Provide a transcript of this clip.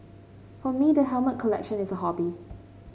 for me the helmet collection is a hobby